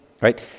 Right